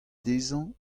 dezhañ